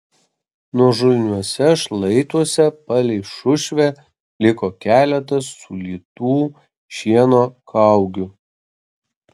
nuožulniuose šlaituose palei šušvę liko keletas sulytų šieno kaugių